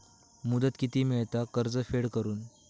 मुदत किती मेळता कर्ज फेड करून?